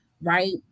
right